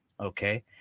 okay